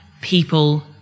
people